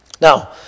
Now